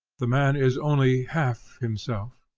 the man is only half himself,